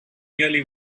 nearly